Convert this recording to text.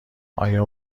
آیا